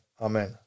Amen